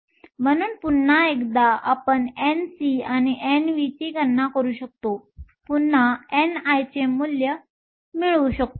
म्हणून पुन्हा एकदा आपण Nc आणि Nv ची गणना करू शकतो आणि पुन्हा ni चे मूल्य मिळवू शकतो